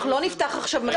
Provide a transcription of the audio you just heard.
אנחנו לא נפתח עכשיו מחדש.